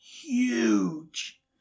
huge